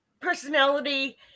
personality